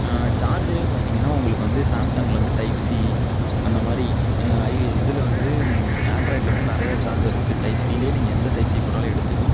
சார்ஜரே பார்த்தீங்கனா உங்களுக்கு வந்து சாம்சங்ல வந்து டைப் சி அந்தமாதிரி இதில் வந்து ஆண்ட்ராய்டில் வந்து நிறைய சார்ஜர் இருக்கு டைப் சி லேயே நீங்கள் எந்த டைப் சி போட்டாலும் எடுத்துக்கும்